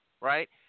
right